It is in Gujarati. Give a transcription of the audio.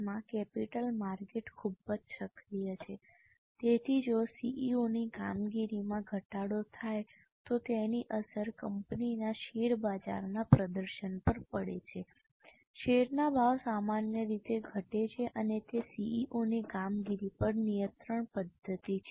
માં કેપિટલ માર્કેટ ખૂબ જ સક્રિય છે તેથી જો CEO ની કામગીરીમાં ઘટાડો થાય તો તેની અસર કંપનીના શેરબજારના પ્રદર્શન પર પડે છે શેરના ભાવ સામાન્ય રીતે ઘટે છે અને તે CEOની કામગીરી પર નિયંત્રણ પદ્ધતિ છે